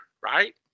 right